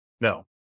no